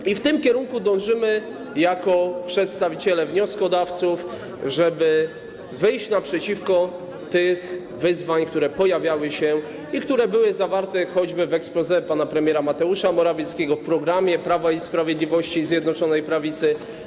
I w tym kierunku dążymy jako przedstawiciele wnioskodawców - żeby wyjść naprzeciwko tych wyzwań, które się pojawiały i które były zawarte choćby w exposé pana premiera Mateusza Morawieckiego, w programie Prawa i Sprawiedliwości i Zjednoczonej Prawicy.